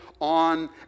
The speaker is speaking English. on